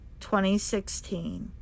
2016